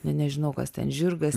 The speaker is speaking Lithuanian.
ne nežinau kas ten žirgas